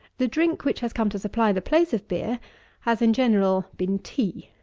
the drink which has come to supply the place of beer has, in general, been tea.